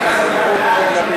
ההסתייגות של סגן שר האוצר